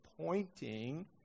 pointing